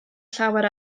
llawer